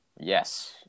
Yes